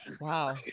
wow